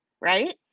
Right